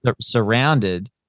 surrounded